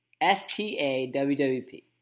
S-T-A-W-W-P